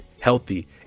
healthy